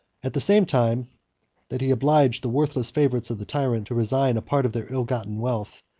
at the same time that he obliged the worthless favorites of the tyrant to resign a part of their ill-gotten wealth,